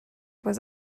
was